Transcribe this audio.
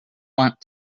want